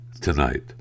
tonight